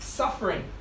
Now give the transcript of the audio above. suffering